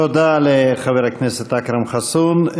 תודה לחבר הכנסת אכרם חסון.